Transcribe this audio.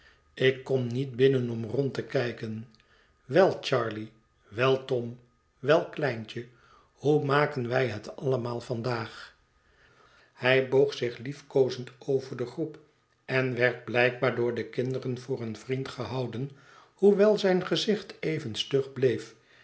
ik kom niet binnen om rond te kijken wel charley wel tom wel kleintje hoe maken wij het allemaal vandaag hij boog zich liefkoozend over de groep en werd blijkbaar door de kinderen voor een vriend gehouden hoewel zijn gezicht even stug bleef